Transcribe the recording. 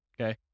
okay